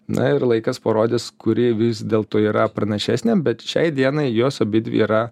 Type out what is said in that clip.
na ir laikas parodys kuri vis dėlto yra pranašesnė bet šiai dienai jos abidvi yra